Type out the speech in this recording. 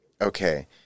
okay